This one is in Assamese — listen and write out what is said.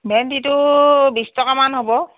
ভেন্দীটো বিশ টকামান হ'ব